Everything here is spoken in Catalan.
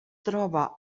troba